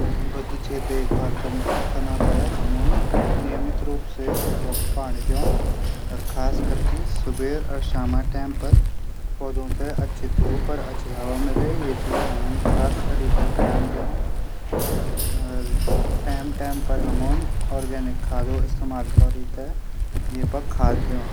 बगीचे देखभाल कनू थै हमन नियमित रूप से पाणी देण और खासकर की सुबेर और शायामा टैम पर और पौधों थै अचछी धूप और हवा मिले यूं चीजों खासकर ध्यान दीण और टैम टैम पर हमन ऑर्गेनिक खादों कू इस्तेमाल कन।